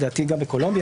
לדעתי גם בקולומביה.